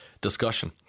discussion